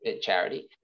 charity